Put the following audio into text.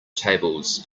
tables